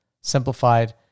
simplified